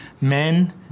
Men